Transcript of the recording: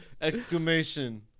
Exclamation